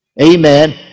Amen